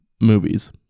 movies